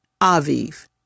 Aviv